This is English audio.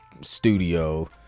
studio